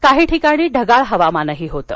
काही ठिकाणी ढगाळ हवामान होतं